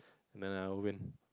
then I will win